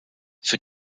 für